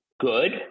good